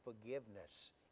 forgiveness